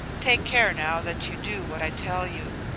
take care now that you do what i tell you.